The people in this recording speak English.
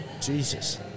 Jesus